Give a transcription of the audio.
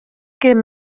kin